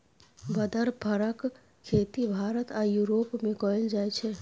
बदर फरक खेती भारत आ युरोप मे कएल जाइ छै